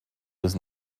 was